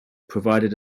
provided